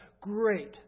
great